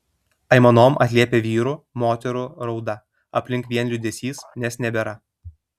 aimanom atliepia vyrų moterų rauda aplink vien liūdesys nes nebėra